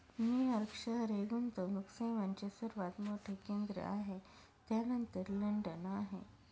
New York शहर हे गुंतवणूक सेवांचे सर्वात मोठे केंद्र आहे त्यानंतर लंडन आहे